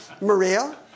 Maria